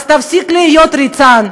אז תפסיק להיות אצן,